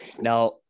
now